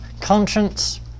conscience